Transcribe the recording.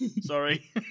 sorry